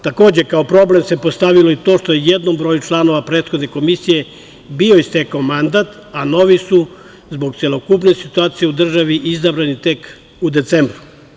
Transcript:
Takođe, kao problem se postavilo i to što je jednom broju članova prethodne komisije istekao mandat, a novi su zbog celokupne situacije u državi izabrani tek u decembru.